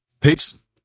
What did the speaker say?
Peace